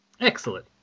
Excellent